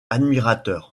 admirateurs